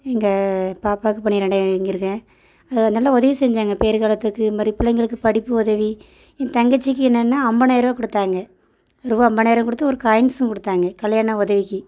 எங்கள் பாப்பாவுக்கு பனிரெண்டாயிரம் வாங்கி இருக்கேன் நல்லா உதவி செஞ்சாங்க பேறு காலத்துக்கு இந்த மாதிரி பிள்ளைங்களுக்கு படிப்பு உதவி என் தங்கச்சிக்கு என்னென்னா அம்பதாயருவா கொடுத்தாங்க ரூபாய் அம்பதாயரம் கொடுத்து ஒரு காயின்ஸும் கொடுத்தாங்க கல்யாண உதவிக்கு